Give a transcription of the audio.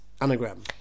anagram